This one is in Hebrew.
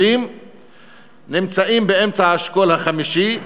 נמצאים באמצע האשכול החמישי.